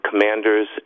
commanders